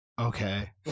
Okay